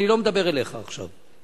אני לא מדבר אליך עכשיו.